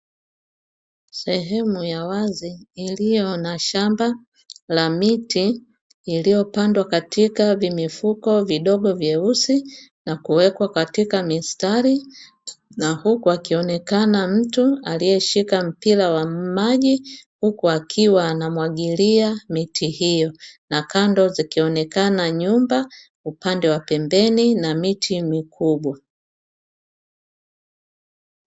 Sehemu ya wazi, iliyo na shamba la miti iliyopandwa katika vimifuko vidogo vyeusi na kuwekwa katika mistari na huku akionekana mtu aliyeshika mpira wa maji, huku akiwa anamwagilia miti hiyo na kando zikionekana nyumba upande wa pembeni na miti mikubwa.